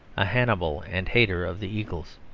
a hannibal and hater of the eagles.